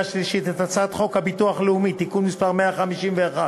שלישית את הצעת חוק הביטוח הלאומי (תיקון מס' 151),